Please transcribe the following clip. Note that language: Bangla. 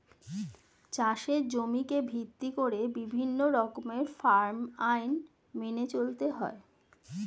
চাষের জমিকে ভিত্তি করে বিভিন্ন রকমের ফার্ম আইন মেনে চলতে হয়